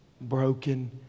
broken